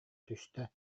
түстэ